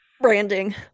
branding